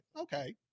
okay